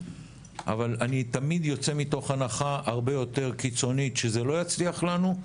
אבל אני תמיד יוצא מתוך הנחה הרבה יותר קיצונית שזה לא יצליח לנו,